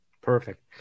perfect